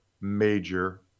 major